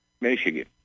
Michigan